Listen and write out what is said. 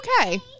okay